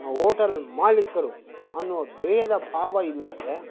hotel ಮಾಲಿಕರು ಎನ್ನುವ ಭೇದ ಭಾವ ಇಲ್ಲದೆ